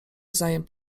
wzajem